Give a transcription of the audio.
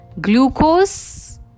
Glucose